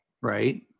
Right